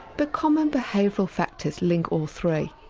but common behavioural factors link all three.